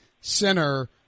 center